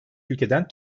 ülkeden